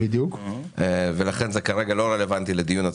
לכן זה כרגע לא רלוונטי לדיון,